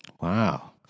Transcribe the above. Wow